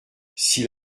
s’il